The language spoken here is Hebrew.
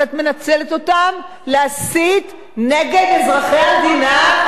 אבל את מנצלת אותן להסית נגד אזרחי המדינה,